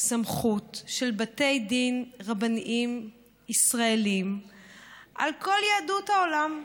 סמכות של בתי דין רבניים ישראלים על כל יהדות העולם.